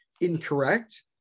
incorrect